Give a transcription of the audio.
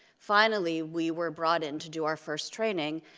finally we were brought in to do our first training